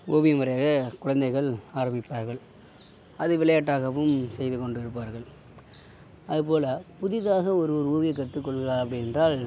ஓவியம் வரைய குழந்தைகள் ஆரம்மிப்பார்கள் அதை விளையாட்டாகவும் செய்து கொண்டு இருப்பார்கள் அதுபோல் புதிதாக ஒரு ஒரு ஓவியம் கற்றுக்கொள்கிறார் அப்டியென்றால்